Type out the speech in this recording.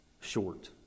short